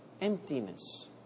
Emptiness